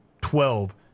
twelve